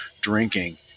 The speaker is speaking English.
drinking